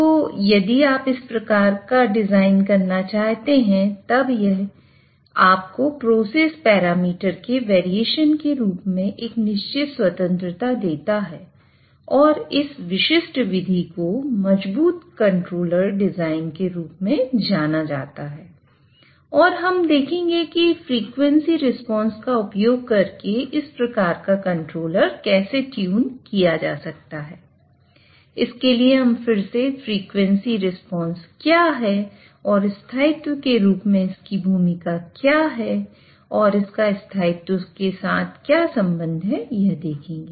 तो यदि आप इस प्रकार डिजाइन करना चाहते हैं तब यह आपको प्रोसेस पैरामीटर के वेरिएशन के रूप में एक निश्चित स्वतंत्रता देता है और इस विशिष्ट विधि को मजबूत कंट्रोलर डिजाइन के रूप में जाना जाता है और हम देखेंगे की फ्रिकवेंसी रिस्पांस क्या है और स्थायित्व के रूप में इसकी भूमिका क्या है और इसका स्थायित्व के साथ क्या संबंध है यह देखेंगे